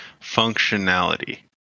functionality